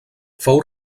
fou